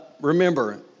remember